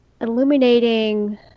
illuminating